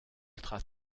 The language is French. ultra